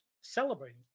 celebrating